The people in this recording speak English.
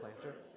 planter